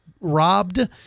Robbed